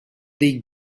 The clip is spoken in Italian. dei